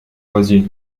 voisines